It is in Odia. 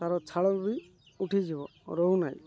ତାର ଛାଲ ବି ଉଠିଯିବ ରହୁନାହିଁ